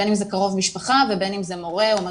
בין אם זה קרוב משפחה ובין אם זה מורה או מדריך.